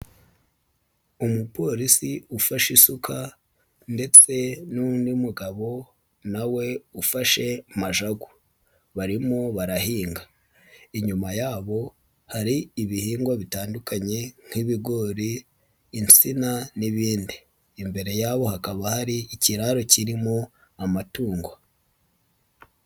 Umupolisi ufashe isuka ndetse n'undi mugabo na we ufashe majagu. Barimo barahinga. Inyuma yabo hari ibihingwa bitandukanye nk'ibigori, insina n'ibindi. Imbere yabo hakaba hari ikiraro kirimo amatungo.